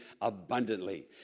abundantly